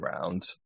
round